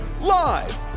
live